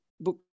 book